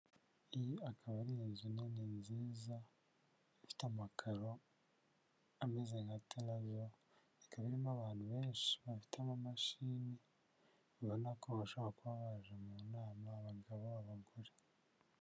Iyi akaba ari inzu nini nziza ifite amakaro ameze nka teraviyo, ikaba irimo abantu benshi bafite amamashini, ubona ko bashobora kuba baje mu nama abagabo, abagore.